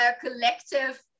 collective